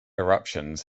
eruptions